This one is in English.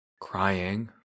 crying